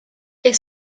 est